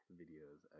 videos